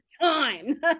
time